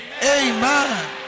amen